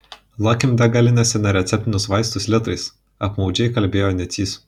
lakim degalinėse nereceptinius vaistus litrais apmaudžiai kalbėjo nicys